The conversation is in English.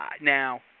Now